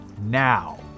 now